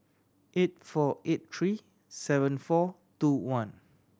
eight four eight three seven four two one